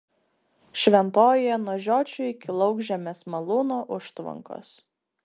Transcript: šventojoje nuo žiočių iki laukžemės malūno užtvankos